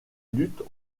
luttes